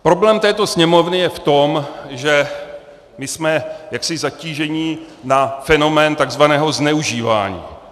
Problém této Sněmovny je v tom, že jsme jaksi zatíženi na fenomén tzv. zneužívání.